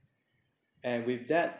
and with that